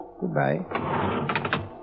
Goodbye